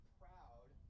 proud